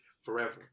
forever